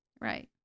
Right